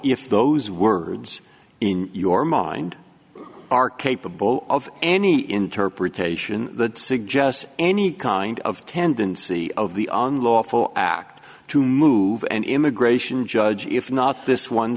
if those words in your mind are capable of any interpretation that suggests any kind of tendency of the on lawful act to move an immigration judge if not this one